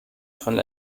von